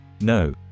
No